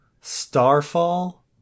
Starfall